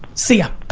see ya.